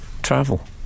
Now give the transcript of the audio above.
travel